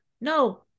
no